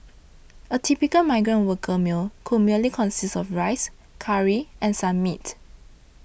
a typical migrant worker meal could merely consist of rice curry and some meat